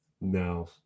No